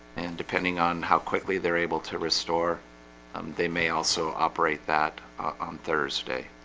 and depending on how quickly they're able to restore um they may also operate that on thursday